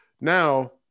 now